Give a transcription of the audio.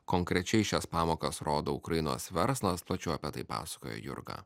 konkrečiai šias pamokas rodo ukrainos verslas plačiau apie tai pasakojo jurga